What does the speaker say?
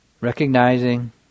Recognizing